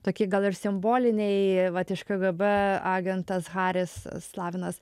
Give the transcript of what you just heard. tokie gal ir simboliniai vat iš kgb agentas haris slavinas